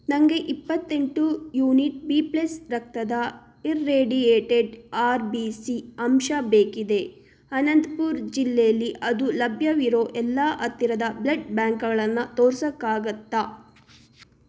ನನಗೆ ಇಪ್ಪತ್ತೆಂಟು unit B plus ರಕ್ತದ ಇರ್ರೇಡಿಯೇಟೆಡ್ ಆರ್ ಬಿ ಸಿ ಅಂಶ ಬೇಕಿದೆ ಅನಂತ್ಪುರ್ ಜಿಲ್ಲೆಯಲ್ಲಿ ಅದು ಲಭ್ಯವಿರೋ ಎಲ್ಲ ಹತ್ತಿರದ ಬ್ಲಡ್ ಬ್ಯಾಂಕ್ಗಳನ್ನು ತೋರಿಸೋಕ್ಕಾಗುತ್ತಾ